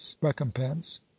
recompense